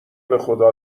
بخدا